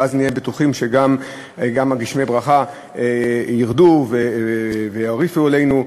ואז נהיה בטוחים שגם גשמי הברכה ירדו וירעיפו עלינו.